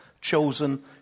chosen